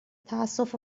تاسف